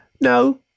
No